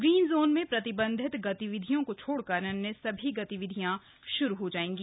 green zone में प्रतिबंधित गतिविधियों को छोड़कर अन्य सभी गतिविधियां शुरू हो जाएंगी